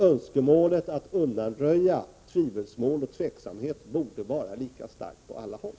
Önskemålet att undanröja tvivelsmål och tveksamhet borde vara lika stark på alla håll.